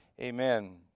amen